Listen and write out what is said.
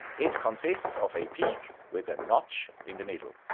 it consists of a peak with a notch in the middle.